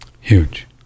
Huge